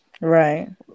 Right